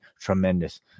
Tremendous